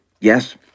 Yes